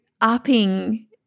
upping